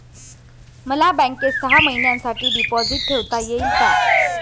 मला बँकेत सहा महिन्यांसाठी डिपॉझिट ठेवता येईल का?